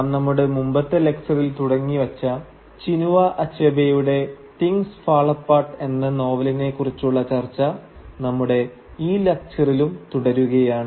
നാം നമ്മുടെ മുമ്പത്തെ ലക്ച്ചറിൽ തുടങ്ങി വെച്ച ചിനുവ അച്ഛബേയുടെ തിങ്സ് ഫാൾ അപ്പാർട്ട് എന്ന നോവലിനെ കുറിച്ചുള്ള ചർച്ച നമ്മുടെ ഈ ലക്ച്ചറിലും തുടരുകയാണ്